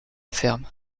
ferme